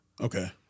Okay